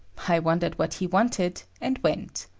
i wondered what he wanted, and went.